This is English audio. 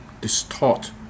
distort